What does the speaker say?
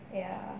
ya